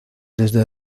desde